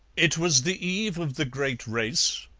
it was the eve of the great race,